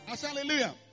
Hallelujah